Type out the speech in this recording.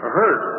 hurt